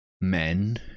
men